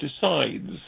decides